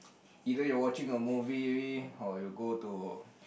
either you're watching a movie or you go to